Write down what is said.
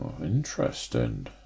interesting